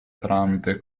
tramite